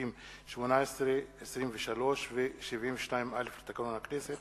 סעיפים 18 23 ו-72א לתקנון הכנסת,